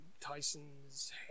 Tyson's